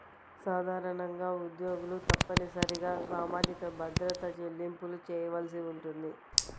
సాధారణంగా ఉద్యోగులు తప్పనిసరిగా సామాజిక భద్రత చెల్లింపులు చేయవలసి ఉంటుంది